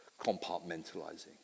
compartmentalizing